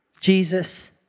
Jesus